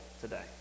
today